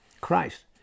Christ